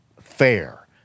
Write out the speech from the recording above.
fair